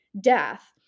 death